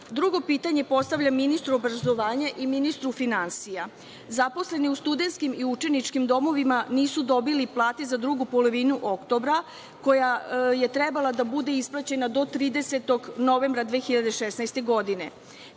pitanje postavljam ministru obrazovanja i ministru finansija. Zaposleni u studenskim i učeničkim domovima nisu dobili plate za drugu polovinu oktobra koja je trebala da bude isplaćena do 30. novembra 2016. godine.